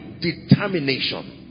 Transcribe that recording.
determination